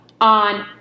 on